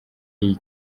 iyi